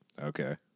Okay